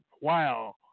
Wow